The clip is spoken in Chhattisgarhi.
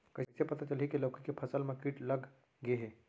कइसे पता चलही की लौकी के फसल मा किट लग गे हे?